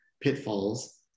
pitfalls